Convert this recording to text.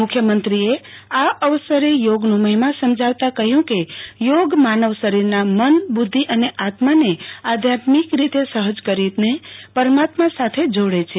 મુખ્યમંત્રીએ આ અવસરે થોગનો મહિમા સમજાવતાં કહ્યું કે ચોગ માનવશરીરના મન બુઘ્ઘિ અને આત્માને આધ્યાત્મિક રીતે સફજ કરીને પરમાત્મા સાથે જોડે છે